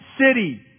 city